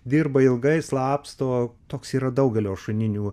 dirba ilgai slapsto toks yra daugelio šuninių